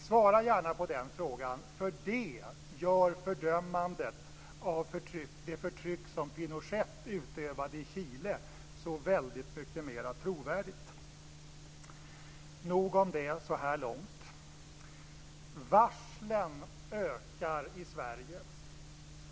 Svara gärna på den frågan, för det gör fördömandet av det förtryck som Pinochet utövade i Chile så väldigt mycket mer trovärdigt. Nog om detta så här långt. Varslen ökar i Sverige.